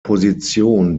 position